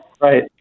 Right